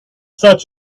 such